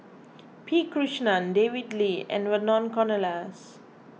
P Krishnan David Lee and Vernon Cornelius